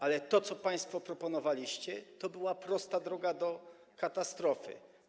Ale to, co państwo proponowaliście, to była prosta droga do katastrofy.